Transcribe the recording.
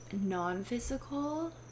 Non-physical